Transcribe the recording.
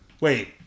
wait